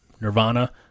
Nirvana